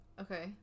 Okay